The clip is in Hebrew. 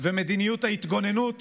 ומדיניות ההתגוננות